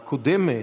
הקודמת,